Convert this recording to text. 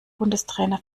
bundestrainer